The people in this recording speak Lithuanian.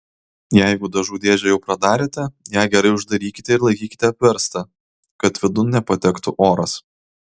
jeigu dažų dėžę jau pradarėte ją gerai uždarykite ir laikykite apverstą kad vidun nepatektų oras